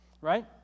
right